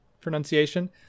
pronunciation